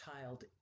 child